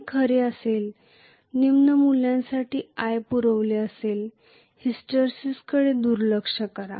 हे खरे असेल निम्न मूल्यांसाठी i पुरवले असेल हिस्टरेसिसकडे दुर्लक्ष करा